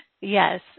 Yes